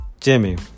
Jimmy